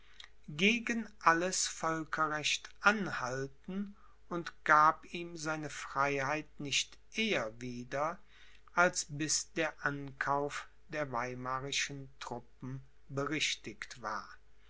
gegen alles völkerrecht anhalten und gab ihm seine freiheit nicht eher wieder als bis der ankauf der weimarischen trnppen berichtigt war